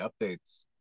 updates